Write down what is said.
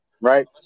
right